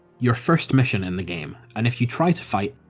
your first mission in the game, and if you try to fight,